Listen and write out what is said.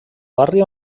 barri